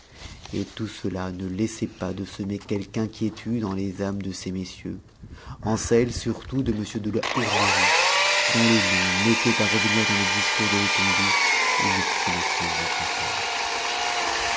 et tout cela ne laissait pas de semer quelque inquiétude en les âmes de ces messieurs en celle surtout de m de la hourmerie dont le nom mettait à revenir dans les discours de letondu une obstination regrettable